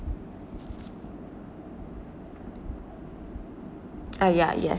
uh ya yes